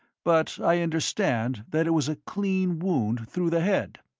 but i understand that it was a clean wound through the head.